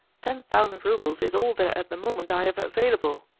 ten thousand roubles is all that at the moment i have available.